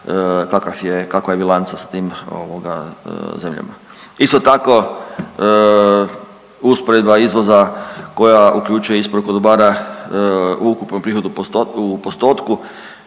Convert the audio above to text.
kakva je bilanca sa tim ovoga zemljama. Isto tako, usporedba izvoza koja uključuje isporuku dobara u ukupnom prihodu u postotku